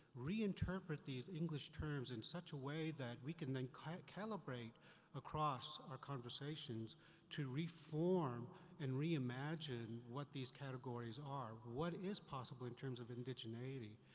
reinterpret these english terms in such a way that we can then kind of calibrate across our conversations to reform and reimagine what these categories are. what is possible in terms of indigeneity?